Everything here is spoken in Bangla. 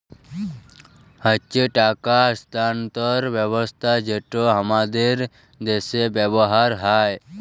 হচ্যে টাকা স্থানান্তর ব্যবস্থা যেটা হামাদের দ্যাশে ব্যবহার হ্যয়